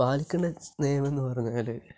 പാലിക്കേണ്ട നിയമം എന്ന് പറഞ്ഞാൽ